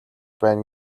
байна